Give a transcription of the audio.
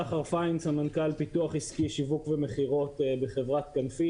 סמנכ"ל פיתוח עסקי שיווק ומכירות בחברת "כנפית".